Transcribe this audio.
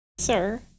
Sir